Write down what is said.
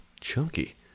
chunky